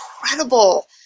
incredible